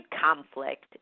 conflict